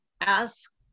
ask